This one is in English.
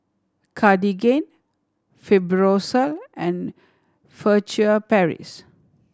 Cartigain Fibrosol and Furtere Paris